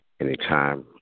Anytime